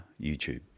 YouTube